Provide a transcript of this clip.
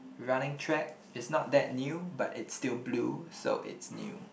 running track it's not that new but it's still blue so it's new